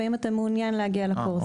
האם אתה מעוניין להגיע לקורס?".